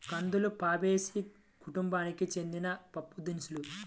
కందులు ఫాబేసి కుటుంబానికి చెందిన పప్పుదినుసు